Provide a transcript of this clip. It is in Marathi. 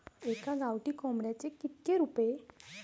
एका गावठी कोंबड्याचे कितके रुपये?